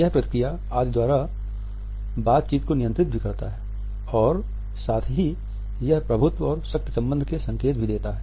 यह प्रतिक्रिया आदि द्वारा बातचीत को नियंत्रित भी करता है और साथ ही यह प्रभुत्व और शक्ति संबंध के संकेत भी देता है